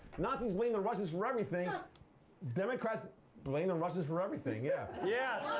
nazis blamed the russians for everything democrats blame the russians for everything, yeah yeah.